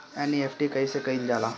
NEFT कइसे कइल जाला?